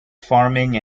farming